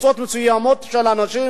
קבוצות מסוימות של אנשים,